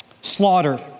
slaughter